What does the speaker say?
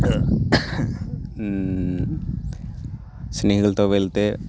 స్నేహితులతో వెళ్తే